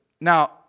Now